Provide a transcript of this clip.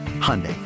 Hyundai